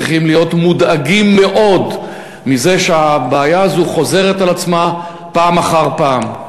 צריכים להיות מודאגים מאוד מזה שהבעיה הזאת חוזרת על עצמה פעם אחר פעם.